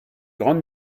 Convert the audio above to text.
grande